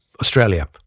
Australia